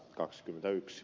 kannatan